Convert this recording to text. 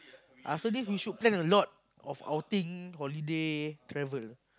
after this we should plan a lot of outing holiday travel